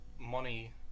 money